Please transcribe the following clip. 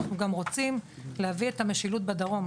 אנחנו גם רוצים להביא את המשילות בדרום.